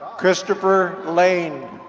christopher lane.